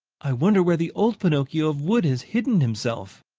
i wonder where the old pinocchio of wood has hidden himself?